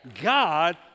God